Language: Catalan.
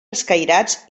escairats